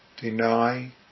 deny